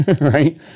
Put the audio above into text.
right